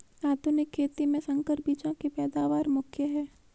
आधुनिक खेती में संकर बीजों की पैदावार मुख्य हैं